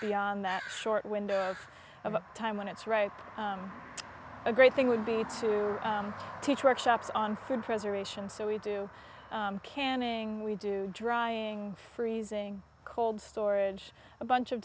beyond that short window of time when it's right a great thing would be to teach workshops on food preservation so we do canning we do drying freezing cold storage a bunch of